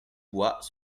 bois